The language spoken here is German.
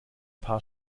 paar